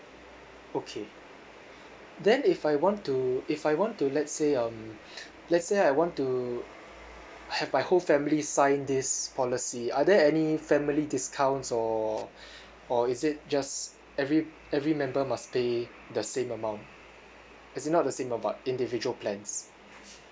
okay then if I want to if I want to let's say um let's say I want to have my whole family sign this policy are there any family discounts or or is it just every every member must pay the same amount as in not the same amount individual plans